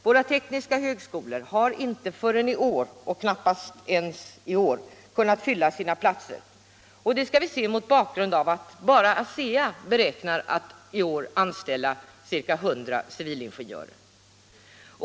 Våra tekniska högskolor har inte förrän i år, och knappast ens i år, kunnat fylla sina platser, och det skall ses mot bakgrund av att bara ASEA beräknar att i år anställa ca 100 civilingenjörer.